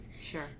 Sure